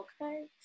okay